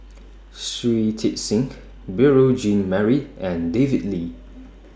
Shui Tit Sing Beurel Jean Marie and David Lee